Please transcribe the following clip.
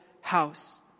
house